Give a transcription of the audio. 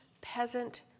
peasant